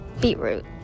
Beetroot